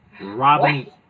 Robin